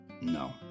No